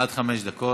עד חמש דקות.